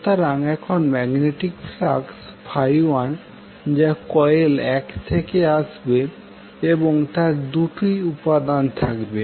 সুতরাং এখন magnetic flux 1 যা কয়েল 1 থেকে আসবে এবং তার 2 টি উপাদান থাকে